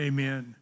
Amen